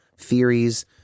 theories